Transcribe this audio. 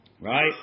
Right